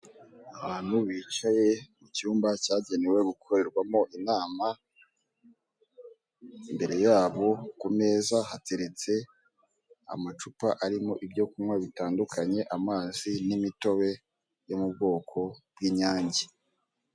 Abantu bicaye mucyumba cyagenewe gukorerwamo inama, imbere yabo ku meza hateretse amacupa arimo ibyo kunywa bitandukanye, amazi, n'imitobe yo mu bwoko bw'inyange.